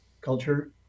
culture